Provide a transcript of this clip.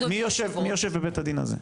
מי יושב בבית הדין הזה?